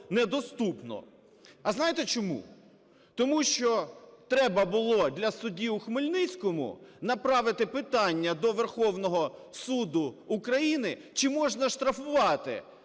А знаєте, чому? Тому що треба було для судді у Хмельницькому направити питання до Верховного Суду України, чи можна штрафувати